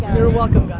you're welcome,